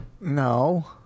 No